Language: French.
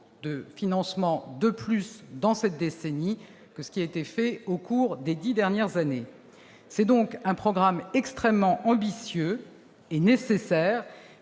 de financement de plus dans cette décennie que ce qui a été fait au cours des dix dernières années. C'est donc un programme extrêmement ambitieux, nécessaire,